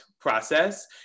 process